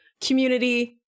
community